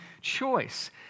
choice